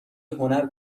هنر